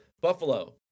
Buffalo